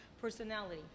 Personality